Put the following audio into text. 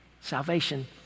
salvation